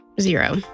Zero